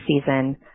season